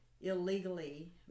illegally